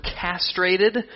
castrated